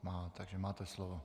Má, takže máte slovo.